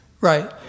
Right